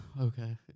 okay